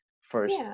first